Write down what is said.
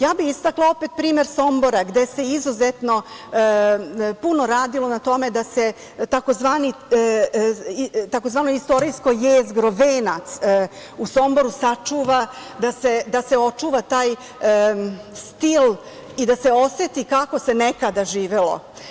Ja bih istakla opet primer Sombora gde se izuzetno puno radilo na tome da se takozvano istorijsko jezgro, Venac u Somboru sačuva, da se očuva taj stil i da se oseti kako se nekada živelo.